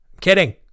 Kidding